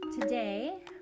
Today